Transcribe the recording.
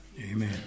Amen